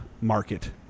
market